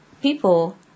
people